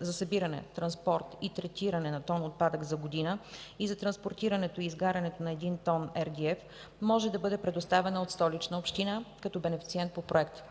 за събиране, транспорт и третиране на тон отпадък за година и за транспортирането и изгарянето на един тон RGF може да бъде предоставена от Столична община като бенефициент по Проекта.